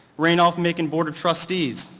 randolph-macon board of trustees,